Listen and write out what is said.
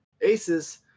Aces